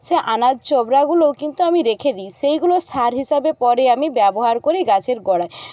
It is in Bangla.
সে আনাজ চোবড়াগুলোও কিন্তু আমি রেখে দিই সেইগুলো সার হিসাবে পরে আমি ব্যবহার করি গাছের গোড়ায়